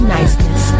Niceness